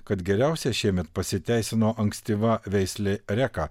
kad geriausia šiemet pasiteisino ankstyva veislė reka